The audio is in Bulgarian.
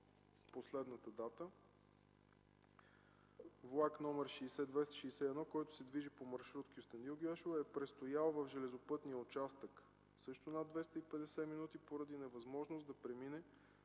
последната дата, влак № 60261, който се движи по маршрут Кюстендил-Гюешево е престоял в железопътния участък също над 250 минути поради невъзможност да премине